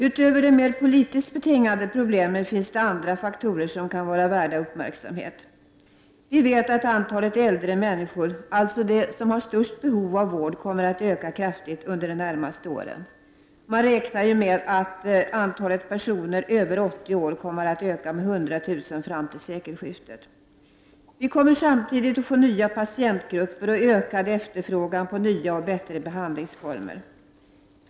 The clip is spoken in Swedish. Utöver de mer politiskt betingade problemen finns det andra faktorer som kan vara värda uppmärksamhet. Vi vet att antalet äldre människor, alltså de som har störst behov av vård, kommer att öka kraftigt under de närmaste åren. Man räknar med att antalet personer över 80 år kommer att öka med 100 000 fram till sekelskiftet. Vi kommer samtidigt att få nya patientgrupper och ökad efterfrågan på nya och bättre behandlingsformer.